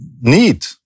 need